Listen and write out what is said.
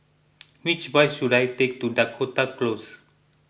which bus should I take to Dakota Close